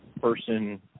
person